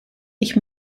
ich